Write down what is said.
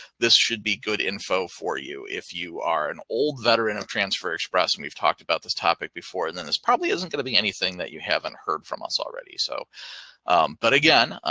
this should be good info for you. if you are an old veteran of transfer express and we've talked about this topic before, then this probably isn't gonna be anything that you haven't heard from us already. so but again,